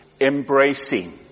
embracing